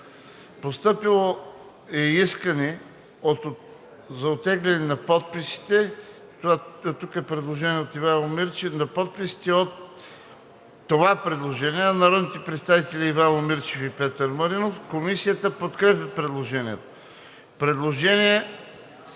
Постъпило е искане за оттегляне на подписите – тук е предложение от Ивайло Мирчев – от това предложение на народните представители Ивайло Мирчев и Петър Маринов. Комисията подкрепя предложението.